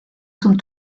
zum